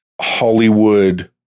Hollywood